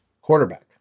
quarterback